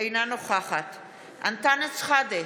אינה נוכחת אנטאנס שחאדה,